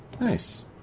Nice